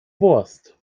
wurst